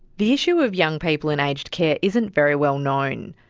the issue of young people in aged care isn't very well known,